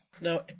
Now